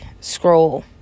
scroll